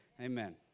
Amen